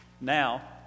Now